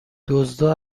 دزدا